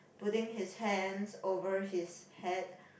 putting his hands over his head